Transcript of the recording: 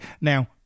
Now